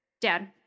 Dad